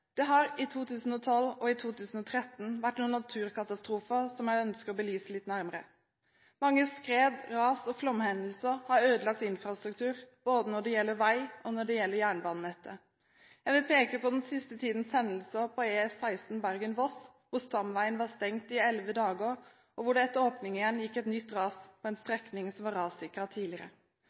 Det har i 2012 og i 2013 vært noen naturkatastrofer som jeg ønsker å belyse litt nærmere. Mange skred, ras og flomhendelser har ødelagt infrastruktur når det gjelder både vei og jernbanenettet. Jeg vil peke på den siste tidens hendelser på E16 Bergen–Voss, hvor stamveien var stengt i elleve dager, og hvor det etter åpningen igjen gikk et nytt ras på en strekning som var rassikret tidligere.